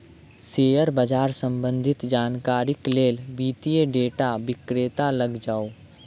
share बाजार सम्बंधित जानकारीक लेल वित्तीय डेटा विक्रेता लग जाऊ